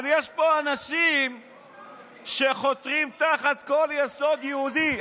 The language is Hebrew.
אבל יש פה אנשים שחותרים תחת כל יסוד יהודי.